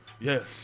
Yes